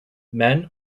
men